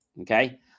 Okay